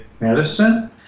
medicine